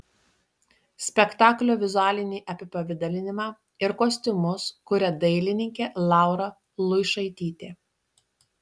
spektaklio vizualinį apipavidalinimą ir kostiumus kuria dailininkė laura luišaitytė